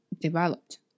developed